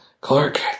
Clark